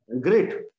Great